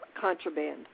contraband